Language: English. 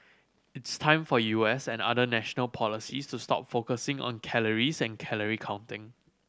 it's time for U S and other national policies to stop focusing on calories and calorie counting